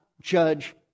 judge